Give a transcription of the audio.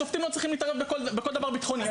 שופטים לא צריכים להתערב בכל דבר בטחוני,